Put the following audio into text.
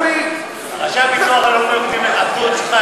אמרו לי, ראשי הביטוח הלאומי עבדו אצלך.